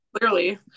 Clearly